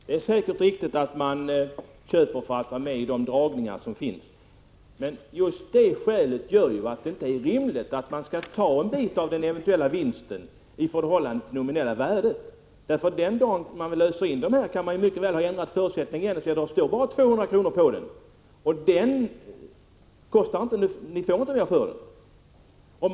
Fru talman! Det är säkert riktigt att man köper obligationer för att få vara medi dragningarna. Men just av det skälet är det inte rimligt att man skall ta en bit av den eventuella vinst som kan erhållas i förhållande till det nominella värdet. Den dag man vill lösa in sina obligationer kan förutsättningarna mycket väl ha ändrats så att man inte får mer än 200 kr. för dem.